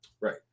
Right